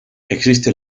existe